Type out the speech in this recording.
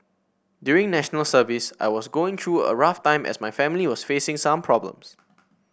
during National Service I was also going through a rough time as my family was facing some problems